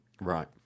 Right